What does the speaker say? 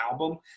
album